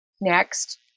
Next